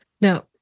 Now